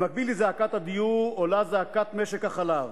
במקביל לזעקת הדיור עולה זעקת משק החלב.